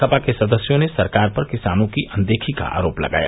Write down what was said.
सपा के सदस्यों ने सरकार पर किसानों की अनदेखी का आरोप लगाया